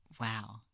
Wow